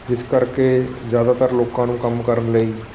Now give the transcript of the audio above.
ਜਿਸ ਕਰਕੇ ਜ਼ਿਆਦਾਤਰ ਲੋਕਾਂ ਨੂੰ ਕੰਮ ਕਰਨ ਲਈ